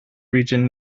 region